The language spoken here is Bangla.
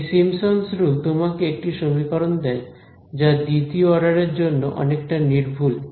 এই সিম্পসনস রুল Simpson's rule তোমাকে একটা সমীকরণ দেয় যা দ্বিতীয় অর্ডারের জন্য অনেকটা নির্ভুল